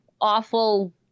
awful